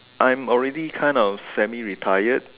I'm already kind of semi retired